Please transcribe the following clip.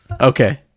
okay